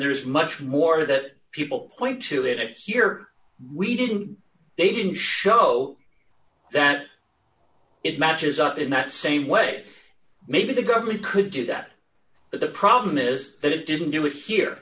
there's much more that people point to it here we didn't they didn't show that it matches up in that same way maybe the government could do that but the problem is that it didn't do it here